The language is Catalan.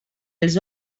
els